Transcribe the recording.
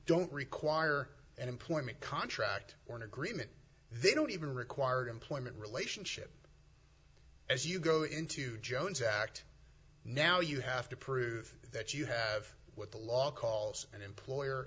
don't require an employment contract or an agreement they don't even require an employment relationship as you go into jones act now you have to prove that you have what the law calls an employer